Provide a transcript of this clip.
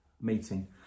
meeting